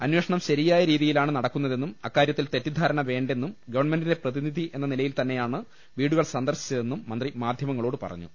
അന്വേ ഷണം ശരിയായ രീതിയിലാണ് നടക്കുന്നതെന്നും അക്കാര്യത്തിൽ തെറ്റിദ്ധാരണവേണ്ടെന്നും ഗവൺമെന്റിന്റെ പ്രതിനിധി എന്ന നില യിൽത്തന്നെയാണ് വീടുകൾ സന്ദർശിച്ചതെന്നും മന്ത്രി മാധ്യമ ങ്ങളോട് പറഞ്ഞു